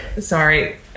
sorry